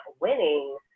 winning